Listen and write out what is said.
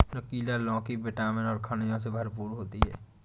नुकीला लौकी विटामिन और खनिजों से भरपूर होती है